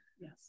Yes